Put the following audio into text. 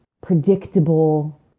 predictable